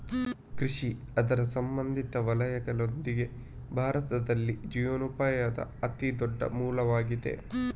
ಕೃಷಿ ಅದರ ಸಂಬಂಧಿತ ವಲಯಗಳೊಂದಿಗೆ, ಭಾರತದಲ್ಲಿ ಜೀವನೋಪಾಯದ ಅತಿ ದೊಡ್ಡ ಮೂಲವಾಗಿದೆ